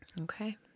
Okay